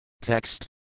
Text